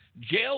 jail